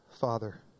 Father